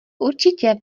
určitě